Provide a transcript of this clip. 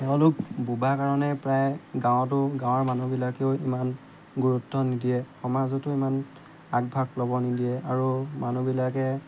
তেওঁলোক বোবা কাৰণে প্ৰায় গাঁৱতো গাঁৱৰ মানুহবিলাকেও ইমান গুৰুত্ব নিদিয়ে সমাজতো ইমান আগভাগ ল'ব নিদিয়ে আৰু মানুহবিলাকে